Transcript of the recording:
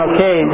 Okay